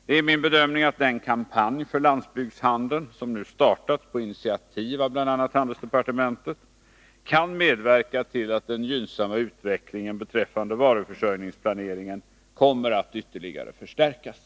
Det är min bedömning att den kampanj för landsbygdshandeln som nu startats på initiativ av bl.a. handelsdepartementet kan medverka till att den gynnsamma utvecklingen beträffande varuförsörjningsplaneringen kommer att ytterligare förstärkas.